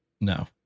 No